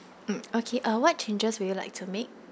mm okay uh what changes would you like to make